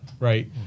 Right